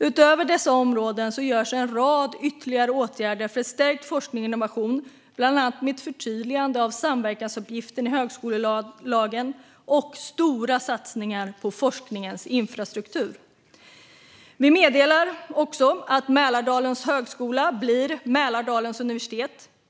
Utöver dessa områden vidtas en rad ytterligare åtgärder för stärkt forskning och innovation, bland annat ett förtydligande av samverkansuppgiften i högskolelagen och stora satsningar på forskningens infrastruktur. Vi meddelar att Mälardalens högskola blir Mälardalens universitet.